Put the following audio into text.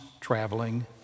traveling